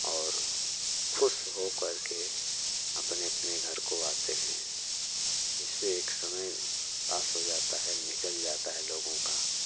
और खुश हो करके अपने अपने घर को आते हैं जिससे एक समय पास हो जाता है निकल जाता है लोगों का